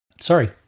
Sorry